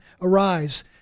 Arise